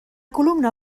columna